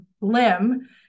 limb